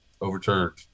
overturned